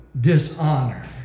dishonor